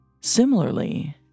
Similarly